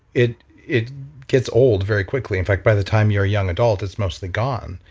it it gets old very quickly. in fact by the time you're a young adult, it's mostly gone.